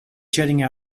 jetting